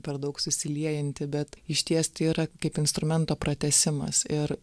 per daug susiliejanti bet išties tai yra kaip instrumento pratęsimas ir